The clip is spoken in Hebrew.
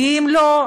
כי אם לא,